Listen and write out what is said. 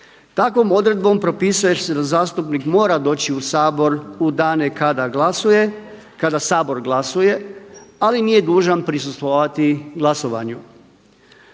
Takvom odredbom propisuje se da zastupnik mora doći u Sabor u dane kada glasuje, kada Sabor glasuje ali nije dužan prisustvovati glasovanju.